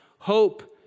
hope